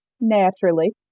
Naturally